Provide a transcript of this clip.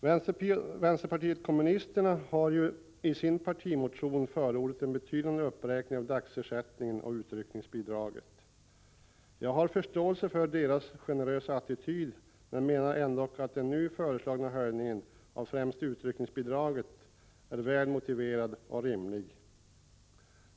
Vänsterpartiet kommunisterna har i en partimotion förordat en betydande uppräkning av dagersättningen och utryckningsbidraget. Jag har förståelse för denna generösa attityd men menar ändock att den nu föreslagna höjningen av främst utryckningsbidraget är väl motiverad och rimlig.